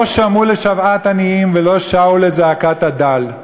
לא שמעה לשוועת עניים ולא שעו לזעקת הדל,